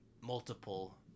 multiple